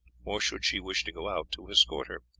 or should she wish to go out, to escort her,